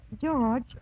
George